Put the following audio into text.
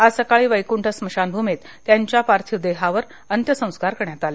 आज सकाळी वैकूंठ स्मशान भूमीत त्यांच्या पार्थिव देहावर अंत्यसंस्कार करण्यात आले